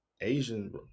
Asian